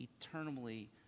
eternally